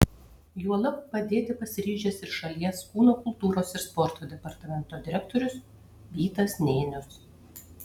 juolab padėti pasiryžęs ir šalies kūno kultūros ir sporto departamento direktorius vytas nėnius